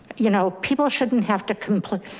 you know, people shouldn't have to complete.